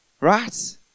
right